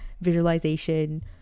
visualization